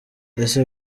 ese